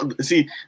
see